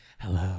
Hello